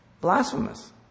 Blasphemous